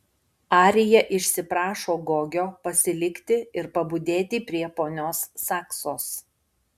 arija išsiprašo gogio pasilikti ir pabudėti prie ponios saksos